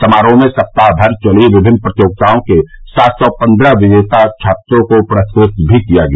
समारोह में सप्ताह भर चली विभिन्न प्रतियोगिताओं के सात सौ पंद्रह विजेता छात्रों को पुरस्कृत भी किया गया